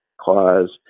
clause